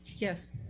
yes